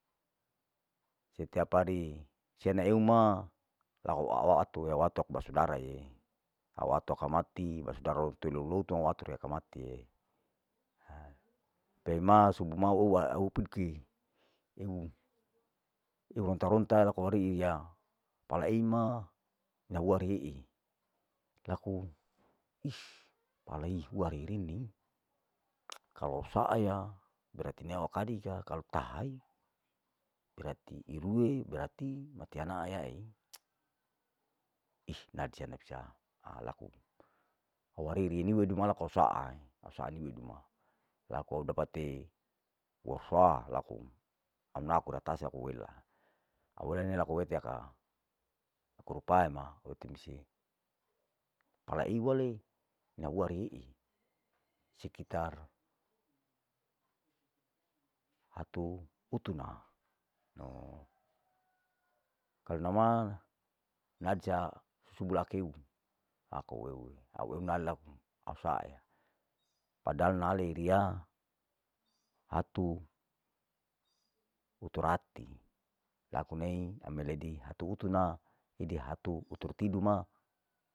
Setiap hari sene ue ma laku au ewa ato atok basudarae, au atokamati basudarao to lalauto wa ator riya akamatie, pe ma subu ma au oua pigi iron ironta ronta laku ariiya, paleima nahuarii laku is palai hua ririnii kalu saaya berarti neokadika tahaei berarti irue beratri mati ana yae, isnafa nafsa au laku awariri niweduma laku au saai saa niwedu ma, laku au dapatewasaa laku au naku ratasa ku wela, au wene laku wete aka, kurupae ma lete mise, ipala iwale ina hua rihii, sekotar hatu hutuna, no karna ma nadisa subu lakeu, aku au euwe au eu laku au saaya padahal nahale iriya hatu hutorati, laku nei ami ledi hatu hutuna hidi hatu huturtidu ma.